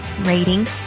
rating